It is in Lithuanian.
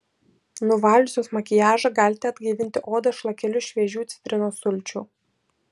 nuvaliusios makiažą galite atgaivinti odą šlakeliu šviežių citrinos sulčių